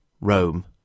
Rome